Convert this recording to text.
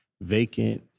vacant